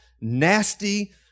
nasty